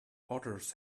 otters